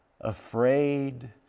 afraid